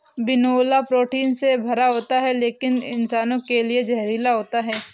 बिनौला प्रोटीन से भरा होता है लेकिन इंसानों के लिए जहरीला होता है